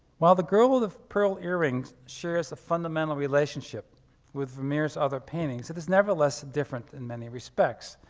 while the girl with a pearl earring shares a fundamental relationship with vermeer's other paintings, it is nevertheless different in many respects.